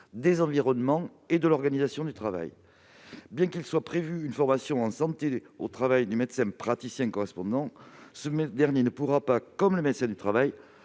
des environnements et organisations de travail. Or, bien que soit prévue une formation en santé au travail du médecin « praticien correspondant », ce dernier ne pourra pas, comme le médecin du travail,